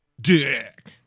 dick